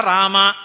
Rama